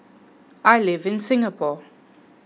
I live in Singapore